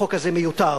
החוק הזה מיותר.